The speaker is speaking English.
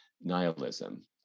nihilism